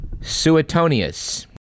Suetonius